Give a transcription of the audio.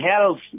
health